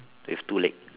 with two leg